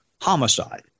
homicide